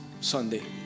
Sunday